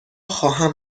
خواهم